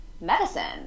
medicine